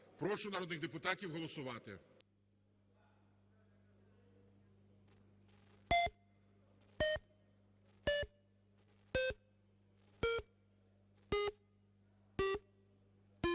Прошу народних депутатів голосувати.